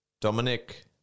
Dominic